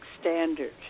standard